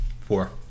Four